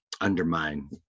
undermine